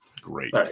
Great